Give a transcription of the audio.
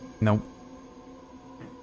Nope